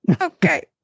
Okay